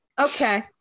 Okay